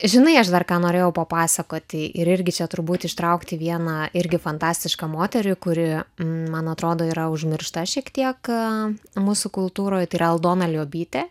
žinai aš dar ką norėjau papasakoti ir irgi čia turbūt ištraukti vieną irgi fantastišką moterį kuri man atrodo yra užmiršta šiek tiek mūsų kultūroje tai aldona liobytė